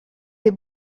les